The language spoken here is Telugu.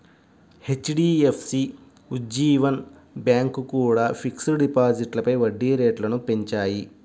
హెచ్.డి.ఎఫ్.సి, ఉజ్జీవన్ బ్యాంకు కూడా ఫిక్స్డ్ డిపాజిట్లపై వడ్డీ రేట్లను పెంచాయి